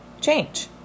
change